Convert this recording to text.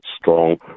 strong